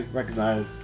recognize